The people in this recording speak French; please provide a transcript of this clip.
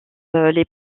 les